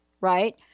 right